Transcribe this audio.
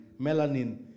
Melanin